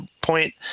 point